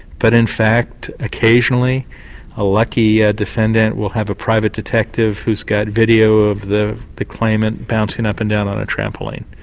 but in fact occasionally a lucky ah defendant will have a private detective who's got video of the the claimant bouncing up and down on a trampoline.